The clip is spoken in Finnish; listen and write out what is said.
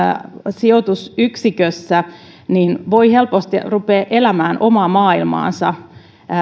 sijoitusyksikkö se ympäristö voi helposti ruveta elämään omaa maailmaansa